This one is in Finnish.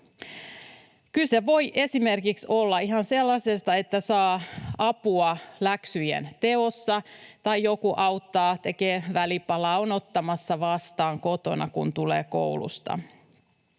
Kyse voi esimerkiksi olla ihan sellaisesta, että saa apua läksyjen teossa tai joku auttaa, tekee välipalaa, on ottamassa vastaan kotona, kun tulee koulusta.